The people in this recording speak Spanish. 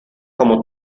como